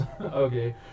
Okay